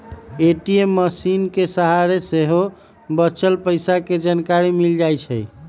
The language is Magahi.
ए.टी.एम मशीनके सहारे सेहो बच्चल पइसा के जानकारी मिल जाइ छइ